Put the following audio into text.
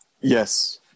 Yes